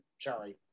Sorry